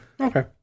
Okay